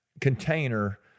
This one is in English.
container